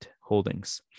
Holdings